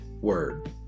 word